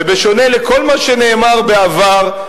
ובשונה מכל מה שנאמר בעבר,